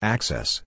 Access